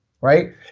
Right